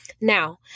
Now